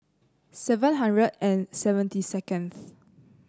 seven hundred and seventy seconds